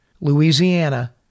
Louisiana